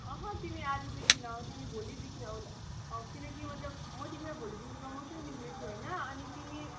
अहँ तिमी आजदेखि नआऊ तिमी भोलिदेखि आऊ ल आऊ किनकि मतलब म तिमीलाई भोलिदेखि प्रमोसन दिँदैछु होइन अनि तिमी